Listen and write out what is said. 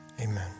Amen